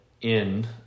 in-